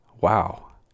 wow